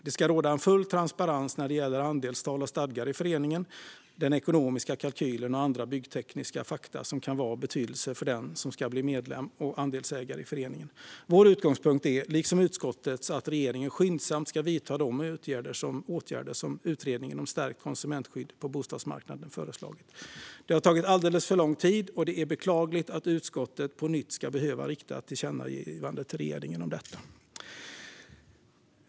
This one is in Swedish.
Det ska råda full transparens när det gäller andelstal och stadgar i föreningen, den ekonomiska kalkylen och andra byggnadstekniska fakta som kan vara av betydelse för den som ska bli medlem och andelsägare. Vår utgångspunkt, liksom utskottets, är att regeringen skyndsamt ska vidta de åtgärder som utredningen om stärkt konsumentskydd på bostadsmarknaden har föreslagit. Det har tagit alldeles för lång tid, och det är beklagligt att utskottet på nytt ska behöva rikta ett tillkännagivande till regeringen om detta.